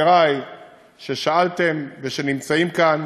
חברי ששאלתם ושנמצאים כאן,